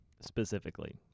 specifically